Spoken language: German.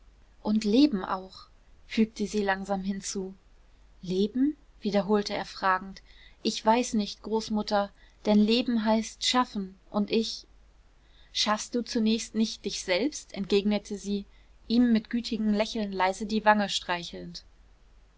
und leben auch fügte sie langsam hinzu leben wiederholte er fragend ich weiß nicht großmutter denn leben heißt schaffen und ich schaffst du zunächst nicht dich selbst entgegnete sie ihm mit gütigem lächeln leise die wange streichelnd